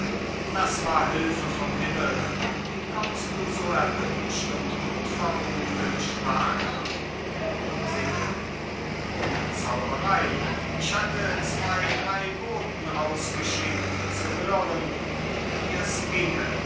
das war hülfe vom himmel wie kommst du so erwünscht und unvermutet schwager sickingen ohne zauberei ich hatte zwei drei boten ausgeschickt zu hören wie dir's ginge